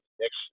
Next